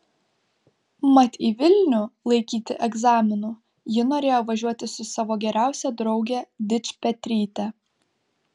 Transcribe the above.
mat į vilnių laikyti egzaminų ji norėjo važiuoti su savo geriausia drauge dičpetryte